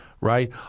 right